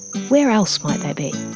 where else might they they